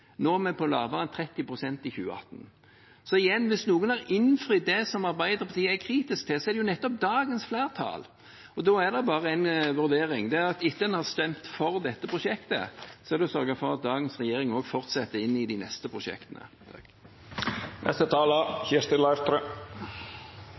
Nå er vi på under 30 pst. i 2018. Så igjen: Er det noen som har innfridd det som Arbeiderpartiet er kritisk til, så er det nettopp dagens flertall. Og da er det bare én vurdering, og det er at etter at en har stemt for dette prosjektet, så er det å sørge for at dagens regjering fortsetter også inn i de neste prosjektene.